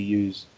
use